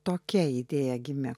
tokia idėja gimė